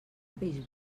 peix